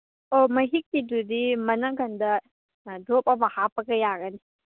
ꯑꯣ ꯃꯍꯤꯛꯀꯤꯗꯨꯗꯤ ꯃꯅꯪꯒꯟꯗ ꯗ꯭ꯔꯣꯞ ꯑꯃ ꯍꯥꯞꯄꯒ ꯌꯥꯒꯅꯤ